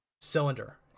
cylinder